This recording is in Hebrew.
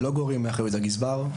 שלא גורע מאחריות הגזבר.